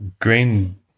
Green